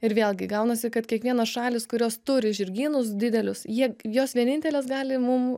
ir vėlgi gaunasi kad kiekvienos šalys kurios turi žirgynus didelius jie jos vienintelės gali mum